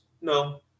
no